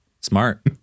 Smart